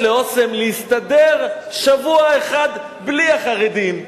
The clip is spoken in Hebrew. ל"אסם" להסתדר שבוע אחד בלי החרדים,